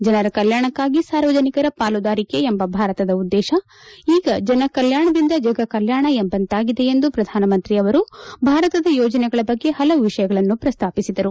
ಜನರ ಕಲ್ಕಾಣಕ್ಕಾಗಿ ಸಾರ್ವಜನಿಕರ ಪಾಲುದಾರಿಕೆ ಎಂಬ ಭಾರತದ ಉದ್ದೇಶ ಈಗ ಜನಕಲ್ಕಾಣದಿಂದ ಜಗಕಲ್ಕಾಣ ಎಂಬಂತಾಗಿದೆ ಎಂದು ಪ್ರಧಾನಮಂತ್ರಿ ಅವರು ಭಾರತದ ಯೋಜನೆಗಳ ಬಗ್ಗೆ ಪಲವು ವಿಷಯಗಳನ್ನು ಪ್ರಸ್ತಾಪಿಸಿದರು